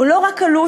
הוא לא רק קלוש,